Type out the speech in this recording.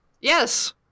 Yes